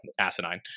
asinine